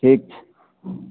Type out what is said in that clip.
ठीक छै